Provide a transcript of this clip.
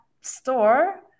store